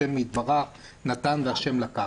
השם נתן והשם לקח.